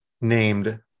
named